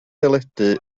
deledu